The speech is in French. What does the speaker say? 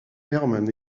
herman